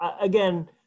again